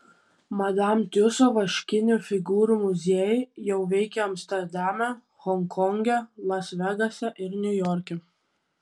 madam tiuso vaškinių figūrų muziejai jau veikia amsterdame honkonge las vegase ir niujorke